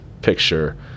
picture